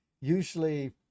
Usually